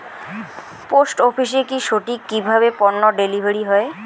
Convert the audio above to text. Post অফিসে কি সঠিক কিভাবে পন্য ডেলিভারি হয়?